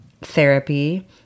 therapy